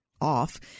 off